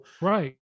Right